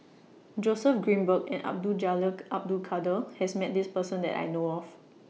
Joseph Grimberg and Abdul Jalil Abdul Kadir has Met This Person that I know of